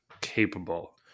capable